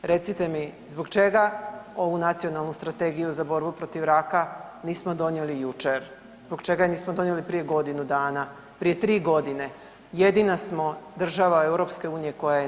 Recite mi zbog čega ovu Nacionalnu strategiju za borbu protiv raka nismo donijeli jučer, zbog čega je nismo donijeli prije godinu dana, prije 3.g., jedina smo država EU koja je nema?